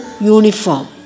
uniform